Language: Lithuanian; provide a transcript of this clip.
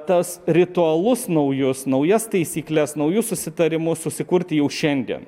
tas ritualus naujus naujas taisykles naujus susitarimus susikurti jau šiandien